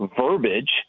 verbiage